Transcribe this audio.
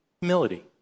humility